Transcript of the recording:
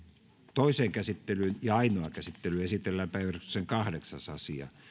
toiseen käsittelyyn ja ainoaan käsittelyyn esitellään päiväjärjestyksen kahdeksas asia